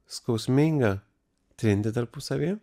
skausmingą trintį tarpusavyje